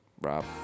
Rob